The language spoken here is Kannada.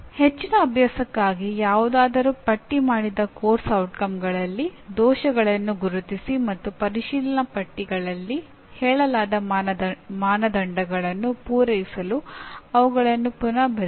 ಹೆಚ್ಚಿನ ಅಭ್ಯಾಸಕ್ಕಾಗಿ ಯಾವುದಾದರೂ ಪಟ್ಟಿಮಾಡಿದ ಪಠ್ಯಕ್ರಮದ ಪರಿಣಾಮಗಳಲ್ಲಿ ದೋಷಗಳನ್ನು ಗುರುತಿಸಿ ಮತ್ತು ಪರಿಶೀಲನಾಪಟ್ಟಿಗಳಲ್ಲಿ ಹೇಳಲಾದ ಮಾನದಂಡಗಳನ್ನು ಪೂರೈಸಲು ಅವುಗಳನ್ನು ಪುನಃ ಬರೆಯಿರಿ